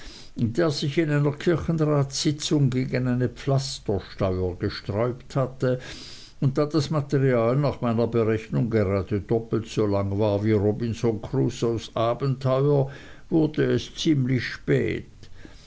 der sich in einer kirchenratsitzung gegen eine pflastersteuer gesträubt hatte und da das material nach meiner berechnung gerade doppelt so lang war wie robinson crusoes abenteuer wurde es ziemlich spät